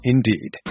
Indeed